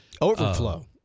Overflow